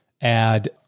add